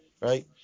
right